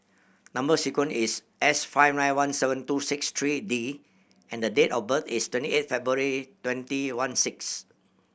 number sequence is S five nine one seven two six three D and date of birth is twenty eight February twenty one six